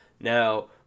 Now